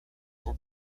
were